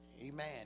Amen